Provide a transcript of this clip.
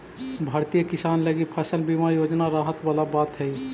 भारतीय किसान लगी फसल बीमा योजना राहत वाला बात हइ